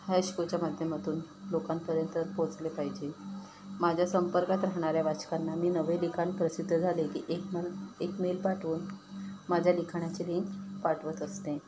हायस्शोच्या माध्यमातून लोकांपर्यंत पोचले पाहिजे माझ्या संपर्कात राहणाऱ्या वाचकांना मी नवे लिखाण प्रसिद्ध झाले की एकम एक मेल पाठवून माझ्या लिखाणाची लिंक पाठवत असते